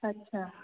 ଅଚ୍ଛା